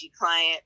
client